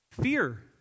Fear